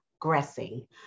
progressing